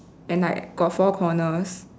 and like got four corners